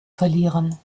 verlieren